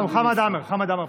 חמד עמאר פה.